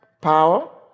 Power